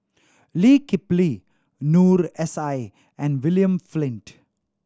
Lee Kip Lee Noor S I and William Flint